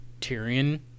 Tyrion